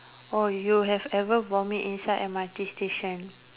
oh you have ever vomit inside M_R_T station